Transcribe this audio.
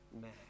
man